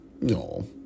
No